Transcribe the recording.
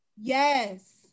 Yes